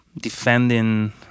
defending